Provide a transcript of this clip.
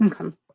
Okay